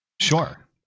Sure